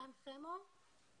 מתן חמו.